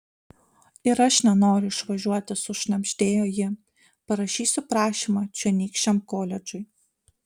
ir aš nenoriu išvažiuoti sušnabždėjo ji parašysiu prašymą čionykščiam koledžui